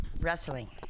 wrestling